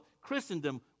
Christendom